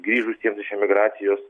grįžusiems iš emigracijos